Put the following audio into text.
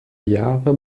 jahre